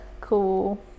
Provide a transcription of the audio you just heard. cool